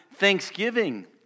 thanksgiving